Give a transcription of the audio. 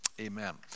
Amen